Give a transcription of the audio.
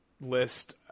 list